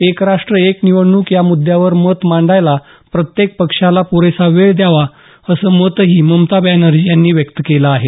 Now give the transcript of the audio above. एकराष्ट्र एक निवडणूक या मुद्दयावर मत मांडायला प्रत्येक पक्षाला प्रेसा वेळ द्यावा असं मतही ममता बॅनर्जी यांनी व्यक्त केलं आहे